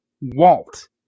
Walt